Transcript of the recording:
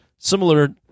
Similar